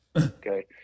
okay